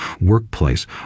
workplace